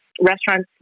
restaurants